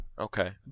Okay